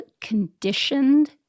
conditioned